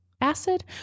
Acid